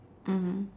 mmhmm